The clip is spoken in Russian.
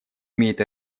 имеет